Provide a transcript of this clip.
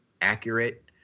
accurate